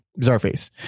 Zarface